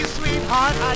sweetheart